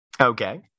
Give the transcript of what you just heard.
Okay